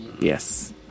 Yes